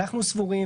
אנחנו סבורים,